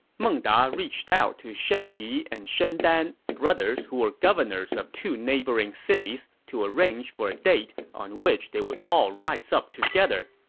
meng da reached out to shen yi and shen dan, brothers who were governors of two neighboring cities, to arrange for a date on which they would all rise up together.